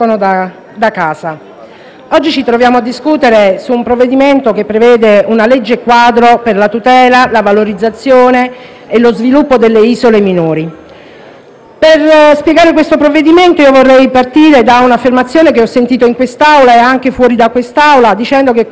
Oggi ci troviamo a discutere di un disegno di legge quadro per la tutela, la valorizzazione e lo sviluppo delle isole minori. Per spiegare questo provvedimento vorrei partire da un'affermazione che ho sentito in quest'Assemblea (e anche fuori), ovvero che questo è un testo